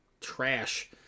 trash